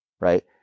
Right